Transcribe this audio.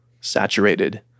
saturated